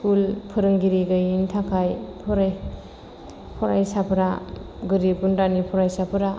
school फोरोंगिरि गोयैनि थाखाय फराय फरायसाफ्रा गोरिब गुन्द्रानि फरायसाफोरा